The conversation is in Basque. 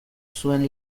zuen